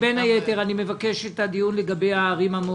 בין היתר אני מבקש את הדיון לגבי הערים המעורבות,